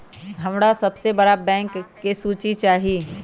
हमरा सबसे बड़ बैंक के सूची चाहि